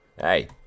Hey